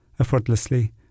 effortlessly